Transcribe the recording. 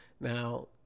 Now